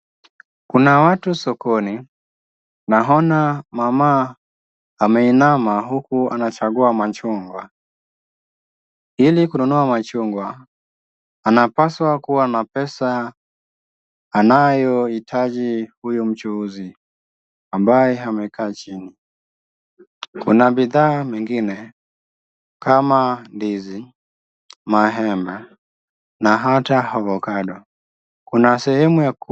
Kuna watu sokoni, naona mama ameinama huku anachangua majungwa, hili kununua majungwa anapaswa kuwa na pesa anayoitaji mchuuzi ambaye amekaa jini. Kuna bidhaa mengine kama ndizi, maembe na hata avacado kuna sehemu ya ...